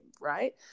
Right